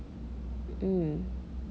mm